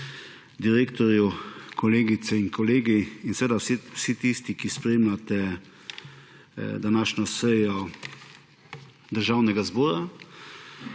direktorju, kolegicam in kolegom in seveda vsem tistim, ki spremljate današnjo sejo Državnega zbora!